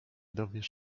dowiesz